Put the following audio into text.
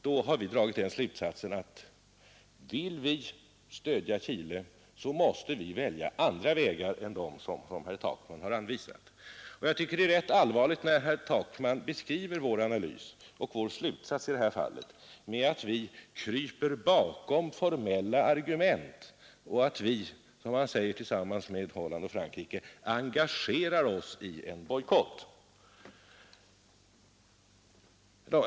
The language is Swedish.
Då har vi dragit den slutsatsen, att om vi vill stödja Chile måste vi välja andra vägar än herr Takman har anvisat. Jag tycker det är rätt allvarligt att herr Takman beskriver slutsatsen av vår analys i det här fallet med att vi kryper bakom formella argument och att vi, som han säger, tillsammans med Holland och Frankrike engagerar oss i en bojkott.